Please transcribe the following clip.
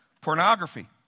Pornography